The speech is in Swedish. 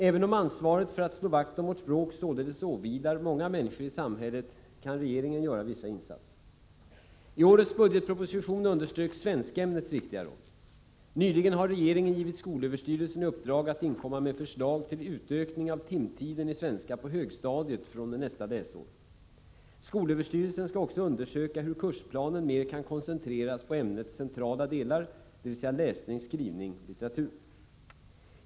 Även om ansvaret för att slå vakt om vårt språk således åvilar många människor i samhället, kan regeringen göra vissa insatser. I årets budgetproposition underströks svenskämnets viktiga roll. Nyligen har regeringen givit skolöverstyrelsen i uppdrag att inkomma med förslag till utökning av timtiden i svenska på högstadiet fr.o.m. nästa läsår. SÖ skall också undersöka hur kursplanen mer kan koncentreras på ämnets centrala delar, dvs. läsning, skrivning och litteratur.